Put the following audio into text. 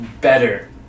better